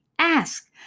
Ask